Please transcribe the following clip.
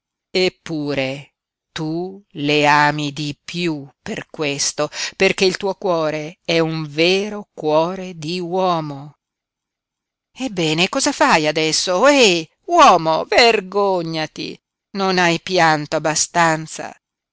eppure tu le ami di piú per questo perché il tuo cuore è un vero cuore di uomo ebbene cosa fai adesso ohè uomo vergognati non hai pianto abbastanza